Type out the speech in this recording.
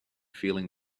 feeling